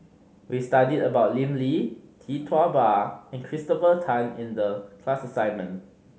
we studied about Lim Lee Tee Tua Ba and Christopher Tan in the class assignment